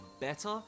better